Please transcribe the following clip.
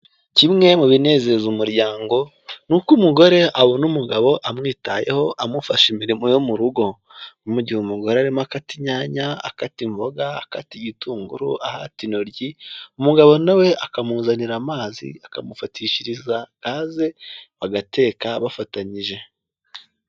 Kimwe mu binezeza umuryango ni uko umugore abona umugabo amwitayeho amufasha imirimo yo mu rugo, mu gihe umugore arimo akata inyanya, akata imboga, akata igitunguru, ahata intoryi umugabo na we akamuzanira amazi, akamufatishiriza gaze bagateka bafatanyije.